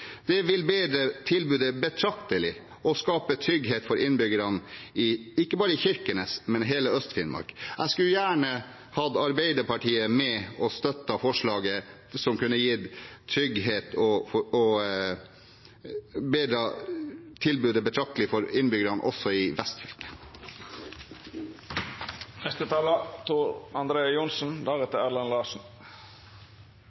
Det vil bedre tilbudet betraktelig og skape trygghet for innbyggerne ikke bare i Kirkenes, men i hele Øst-Finnmark. Jeg skulle gjerne hatt Arbeiderpartiet med på å støtte forslaget, som kunne gitt trygghet og bedret tilbudet betraktelig for innbyggerne også i